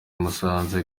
musanze